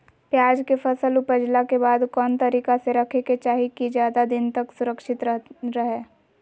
प्याज के फसल ऊपजला के बाद कौन तरीका से रखे के चाही की ज्यादा दिन तक सुरक्षित रहय?